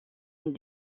une